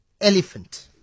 elephant